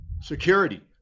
security